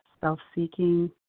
self-seeking